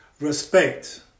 respect